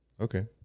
Okay